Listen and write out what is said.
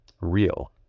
real